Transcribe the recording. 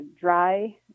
dry